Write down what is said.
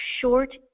short